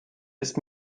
ist